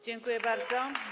Dziękuję bardzo.